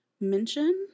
mention